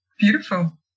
beautiful